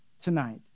tonight